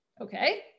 okay